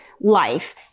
life